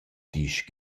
disch